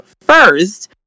first